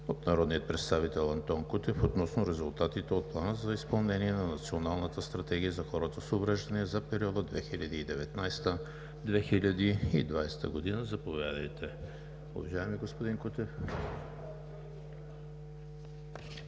от народния представител Антон Кутев относно резултатите от Плана за изпълнение на Националната стратегия за хората с увреждания за периода 2019 – 2020 г. Заповядайте, уважаеми господин Кутев.